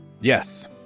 Yes